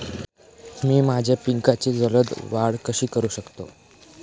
मी माझ्या पिकांची जलद वाढ कशी करू शकतो?